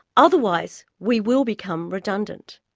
otherwise, we will become redundant.